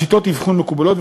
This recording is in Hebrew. ועל שיטות אבחון מקובלות,